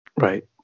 Right